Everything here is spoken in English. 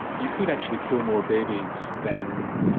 you could actually kill more babies than,